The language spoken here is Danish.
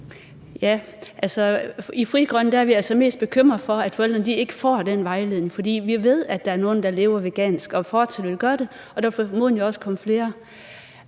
I Frie Grønne er vi altså mest bekymrede for, at forældrene ikke får den vejledning, for vi ved, at der er nogle, der lever vegansk og fortsat vil gøre det, og der vil formodentlig også komme til